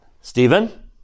Stephen